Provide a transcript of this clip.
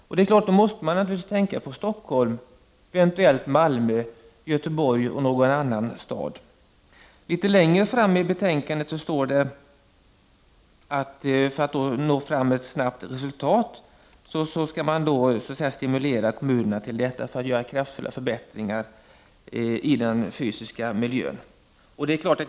Man kommer då att tänka på Stockholm, eventuellt Malmö, Göteborg och någon annan stad. Litet längre fram i betänkandet står det att man för att snabbt nå fram till resultat skall stimulera kommunerna till att göra kraftfulla förbättringar i den fysiska miljön.